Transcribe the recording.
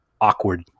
awkward